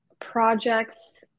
projects